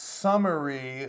summary